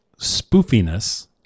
spoofiness